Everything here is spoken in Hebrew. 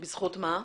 בזכות מה?